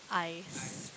eyes